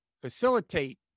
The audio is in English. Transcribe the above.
facilitate